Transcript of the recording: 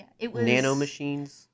nanomachines